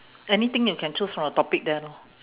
anything you can choose from the topic there lor